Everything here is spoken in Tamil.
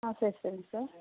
ஆ சரி சரிங்க சார்